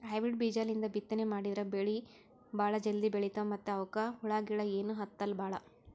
hybrid ಬೀಜಾಲಿಂದ ಬಿತ್ತನೆ ಮಾಡದ್ರ್ ಬೆಳಿ ಭಾಳ್ ಜಲ್ದಿ ಬೆಳೀತಾವ ಮತ್ತ್ ಅವಕ್ಕ್ ಹುಳಗಿಳ ಏನೂ ಹತ್ತಲ್ ಭಾಳ್